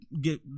get